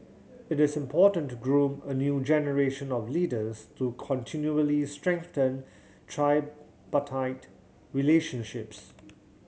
it is important to groom a new generation of leaders to continually strengthen tripartite relationships